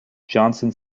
johnson